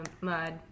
mud